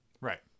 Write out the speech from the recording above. Right